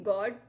God